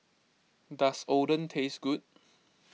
does Oden taste good